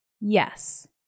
Yes